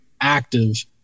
active